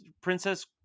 princess